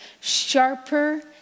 sharper